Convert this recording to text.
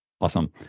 Awesome